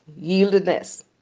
yieldedness